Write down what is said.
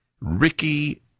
Ricky